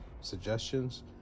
suggestions